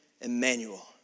Emmanuel